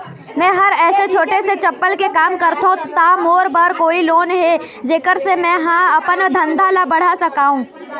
मैं हर ऐसे छोटे से चप्पल के काम करथों ता मोर बर कोई लोन हे जेकर से मैं हा अपन धंधा ला बढ़ा सकाओ?